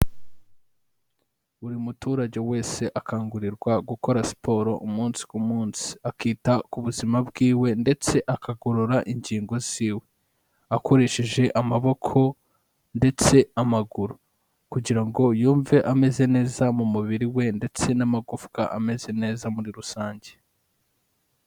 Buri muturage wese akangurirwa gukora siporo umunsi ku munsi, akita ku buzima bw'iwe ndetse akagorora ingingo z'iwe, akoresheje amaboko ndetse amaguru kugira ngo yumve ameze neza mu mubiri we ndetse n'amagufwa ameze neza muri rusange.